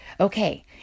Okay